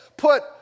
put